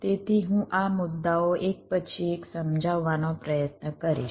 તેથી હું આ મુદ્દાઓ એક પછી એક સમજાવવાનો પ્રયત્ન કરીશ